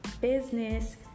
business